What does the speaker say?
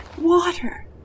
Water